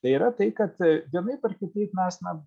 tai yra tai kad vienaip ar kitaip mes na